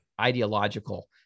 ideological